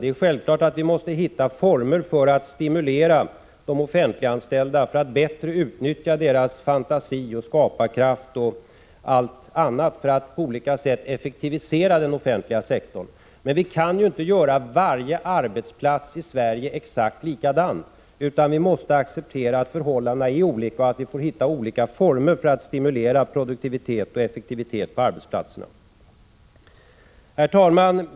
Det är självklart att vi måste hitta former för att stimulera de offentliganställda, för att bättre utnyttja deras fantasi, skaparkraft m.m. för att på olika sätt effektivisera den offentliga sektorn. Men vi kan ju inte göra varje arbetsplats i Sverige exakt likadan, utan vi måste acceptera att förhållandena är olika. Vi får då hitta olika former för att stimulera produktivitet och effektivitet på arbetsplatserna. Herr talman!